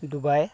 Dubai